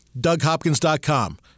DougHopkins.com